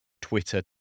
Twitter